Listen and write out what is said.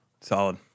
Solid